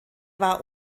war